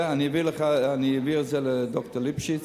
אני אעביר את זה לד"ר יואל ליפשיץ,